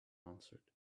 answered